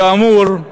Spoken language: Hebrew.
כאמור,